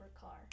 car